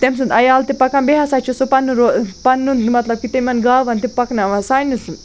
تٔمۍ سُنٛد عیال تہِ پَکان بیٚیہِ ہَسا چھِ سُہ پَنٕنۍ پَنُن مطلب کہِ تِمَن گاوَن تہِ پَکناوان سانہِ